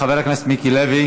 חבר הכנסת מיקי לוי,